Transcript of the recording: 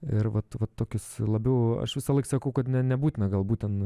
ir vat va tokius labiau aš visąlaik sakau kad nebūtina galbūt ten